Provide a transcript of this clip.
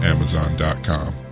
Amazon.com